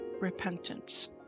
repentance